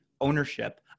ownership